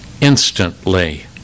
Instantly